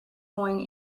going